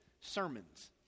sermons